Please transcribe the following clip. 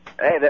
Hey